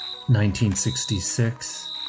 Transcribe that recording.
1966